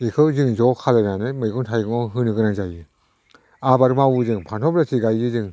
बेखौ जों ज' खालायनानै मैगं थाइगङाव होनो गोनां जायो आबाद मावो जों फान्थाव बेलाथि गायो जों